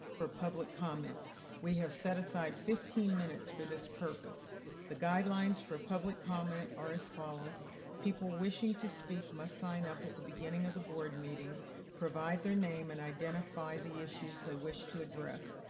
for public comment we have set aside fifteen minutes for this purpose the guidelines for public comment are as follows people wishing to speak my sign up at the beginning of the board meeting provide their name and identify the issues. they wish to address.